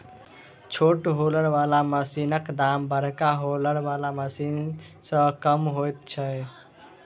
छोट हौलर बला मशीनक दाम बड़का हौलर बला मशीन सॅ कम होइत छै